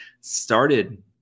started